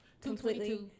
completely